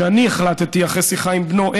שאני החלטתי אחרי שיחה עם בנו,